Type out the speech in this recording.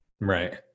Right